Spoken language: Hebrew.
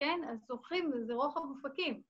‫כן? אז צוחקים בזרוח המופקים.